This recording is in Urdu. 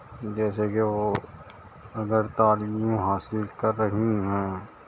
جیسے کہ وہ اگر تعلیم حاصل کر رہی ہیں